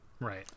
Right